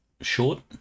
short